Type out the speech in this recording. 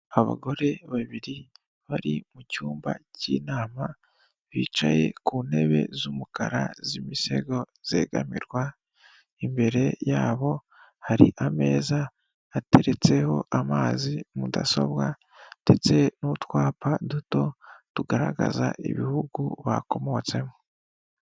Abagore babiri bari mu cyumba cy'inama, bicaye ku ntebe z'umukara, z'imisego zegamirwa, imbere yabo hari ameza ateretseho amazi, mudasobwa ndetse n'utwapa duto tugaragaza ibihugu bakomotsemo.